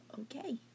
Okay